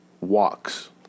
walks